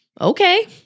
okay